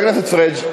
חבר הכנסת פריג',